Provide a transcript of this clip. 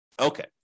Okay